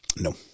No